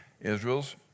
Israel's